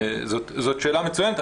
זאת שאלה מצוינת,